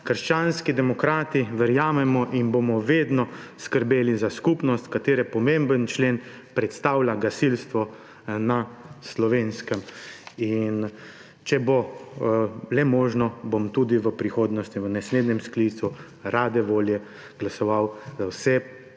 Krščanski demokrati verjamemo in bomo vedno skrbeli za skupnost, katere pomemben člen predstavlja gasilstvo na Slovenskem. Če bo le možno, bom tudi v prihodnosti, v naslednjem sklicu rade volje glasoval za vse